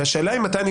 ומתי אני,